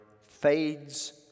fades